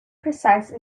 precise